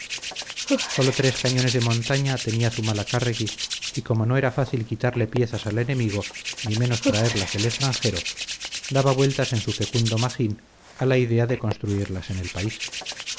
sólo tres cañones de montaña tenía zumalacárregui y como no era fácil quitarle piezas al enemigo ni menos traerlas del extranjero daba vueltas en su fecundo magín a la idea de construirlas en el país